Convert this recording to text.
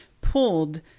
pulled